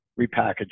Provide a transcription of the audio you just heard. repackage